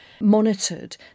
monitored